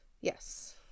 Yes